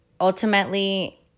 Ultimately